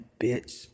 bitch